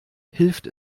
hilft